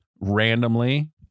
randomly